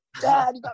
Dad